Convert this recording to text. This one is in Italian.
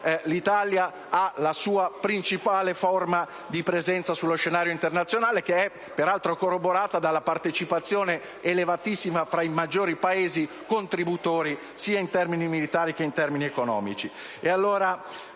si tratta della principale forma di presenza dell'Italia sullo scenario internazionale che è, peraltro, corroborata dalla partecipazione elevatissima fra i maggiori Paesi contributori sia in termini militari che in termini economici.